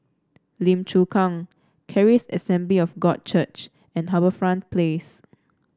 Lim Chu Kang Charis Assembly of God Church and HarbourFront Place